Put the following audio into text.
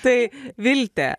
tai vilte